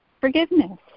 forgiveness